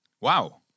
Wow